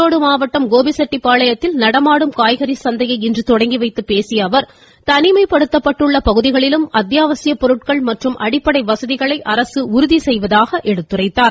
ஈரோடு மாவட்டம் கோபிச்செட்டிப்பாளையத்தில் நடமாடும் காய்கறி சந்தையை இன்று தொடங்கி வைத்துப் பேசிய அவர் தனிமைப்படுத்தப்பட்டுள்ள பகுதிகளிலும் அத்தியாவசியப் பொருட்கள் மற்றும் அடிப்படை வசதிகளை அரசு உறுதி செய்வதாக கூறினார்